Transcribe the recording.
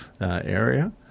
area